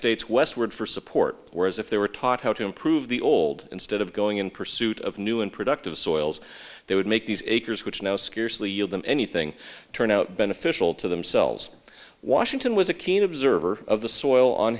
states westward for support whereas if they were taught how to improve the old instead of going in pursuit of new and productive soils they would make these acres which now scarcely yield them anything turn out beneficial to themselves washington was a keen observer of the soil on